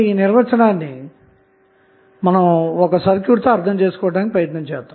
ఈ నిర్వచనాన్ని ఒక ఉదాహరణ సర్క్యూట్తోఅర్థం చేసుకుందాం